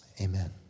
Amen